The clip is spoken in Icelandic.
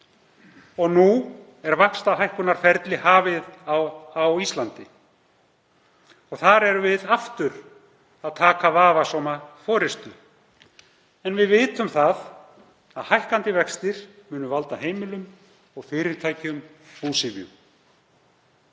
og nú er vaxtahækkunarferli hafið á Íslandi. Þar erum við aftur að taka vafasama forystu en við vitum að hækkandi vextir munu valda heimilum og fyrirtækjum búsifjum.